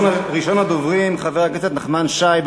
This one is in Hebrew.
ראשון הדוברים, חבר הכנסת נחמן שי.